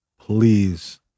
Please